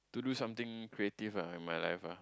to do something creative ah in my life ah